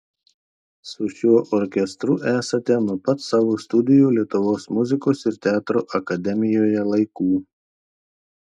su šiuo orkestru esate nuo pat savo studijų lietuvos muzikos ir teatro akademijoje laikų